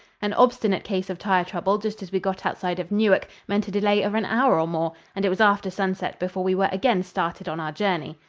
an obstinate case of tire trouble just as we got outside of newark meant a delay of an hour or more, and it was after sunset before we were again started on our journey.